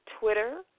Twitter